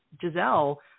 Giselle